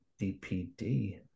DPD